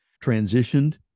transitioned